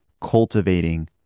cultivating